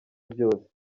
byose